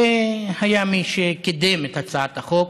והיה מי שקידם את הצעת החוק,